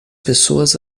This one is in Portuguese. pessoas